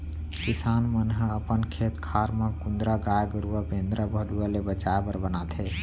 किसान मन ह अपन खेत खार म कुंदरा गाय गरूवा बेंदरा भलुवा ले बचाय बर बनाथे